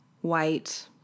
white